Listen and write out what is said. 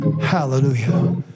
Hallelujah